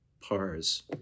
pars